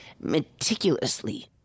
meticulously